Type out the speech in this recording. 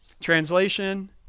Translation